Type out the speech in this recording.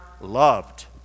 loved